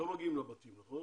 לא מגיעים לבתים, נכון?